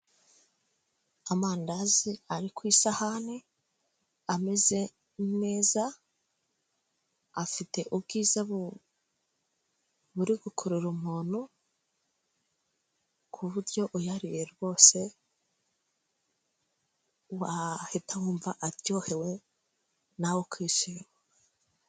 Amandazi ari ku isahani ameze neza, afite ubwiza buri gukurura umuntu, kuburyo uyaririye rwose wahita wumva aryohewe nawe ukishima.